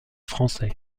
français